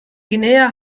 guinea